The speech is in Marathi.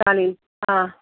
चालेल हां